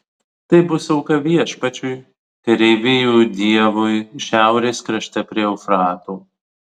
tai bus auka viešpačiui kareivijų dievui šiaurės krašte prie eufrato